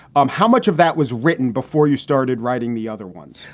um how much of that was written before you started writing the other ones?